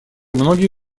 многие